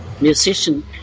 musician